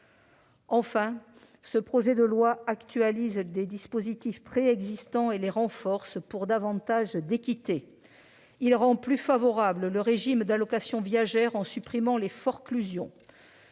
Enfin, ce projet de loi actualise les dispositifs préexistants et les renforce pour davantage d'équité. Il rend plus favorable le régime d'allocations viagères en supprimant les forclusions.